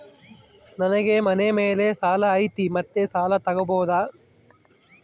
ನನಗೆ ಮನೆ ಮೇಲೆ ಸಾಲ ಐತಿ ಮತ್ತೆ ಸಾಲ ತಗಬೋದ?